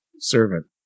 servant